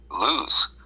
lose